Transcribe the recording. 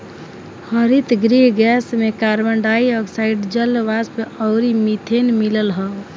हरितगृह गैस में carbon dioxide, जलवाष्प अउरी मीथेन मिलल हअ